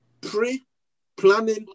pre-planning